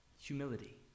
humility